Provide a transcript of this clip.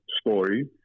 story